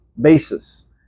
basis